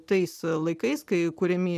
tais laikais kai kuriami